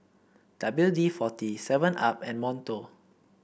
W D forty Seven Up and Monto